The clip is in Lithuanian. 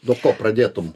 nuo ko pradėtum